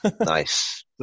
Nice